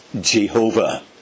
Jehovah